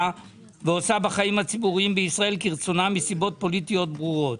ועושה בחיים הציבוריים בישראל כרצונה מסיבות פוליטיות ברורות.